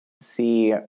see